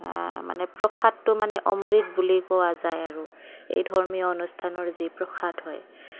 মানে প্ৰসাদটো মানে অমৃত বুলি কোৱা যায় আৰু এই ধৰ্মীয় অনুষ্ঠানৰ যি প্ৰসাদ হয়